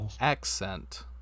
accent